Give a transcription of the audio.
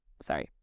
sorry